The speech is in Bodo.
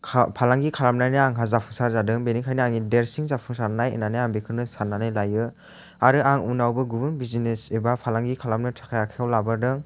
फालांगि खालामनानै आंहा जाफुंसार जादों बेनिखायनो आंनि देरसिन जाफुंसारनाय होननानै आं बेखौनो साननानै लायो आरो आं उनावबो गुबुन बिजनेस एबा फालांगि खालामनो थाखाय आखाइआव लाबोदों